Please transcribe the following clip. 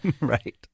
Right